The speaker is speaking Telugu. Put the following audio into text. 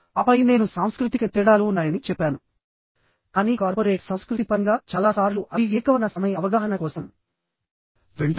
ఆపై నేను సాంస్కృతిక తేడాలు ఉన్నాయని చెప్పాను కానీ కార్పొరేట్ సంస్కృతి పరంగా చాలా సార్లు అవి ఏకవర్ణ సమయ అవగాహన కోసం వెళ్తాయి